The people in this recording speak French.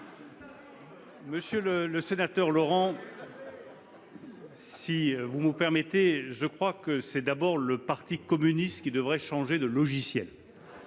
Monsieur le sénateur Laurent, si vous me le permettez, je crois que c'est plutôt au parti communiste de changer de logiciel